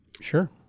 Sure